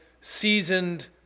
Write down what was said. seasoned